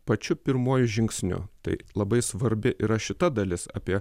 pačiu pirmuoju žingsniu tai labai svarbi yra šita dalis apie